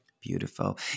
Beautiful